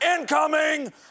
Incoming